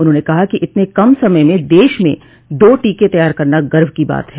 उन्होंने कहा कि इतने कम समय में देश में दो टीके तैयार करना गर्व की बात है